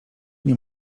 nie